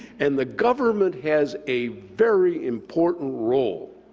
and the government has a very important role,